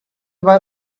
were